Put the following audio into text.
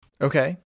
Okay